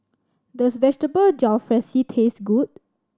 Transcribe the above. does Vegetable Jalfrezi taste good